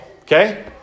okay